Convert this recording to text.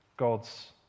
God's